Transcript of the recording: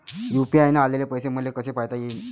UPI न आलेले पैसे मले कसे पायता येईन?